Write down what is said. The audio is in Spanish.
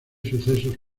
sucesos